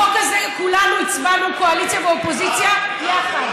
החוק הזה כולנו הצבענו, קואליציה ואופוזיציה יחד.